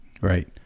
Right